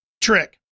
trick